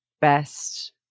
best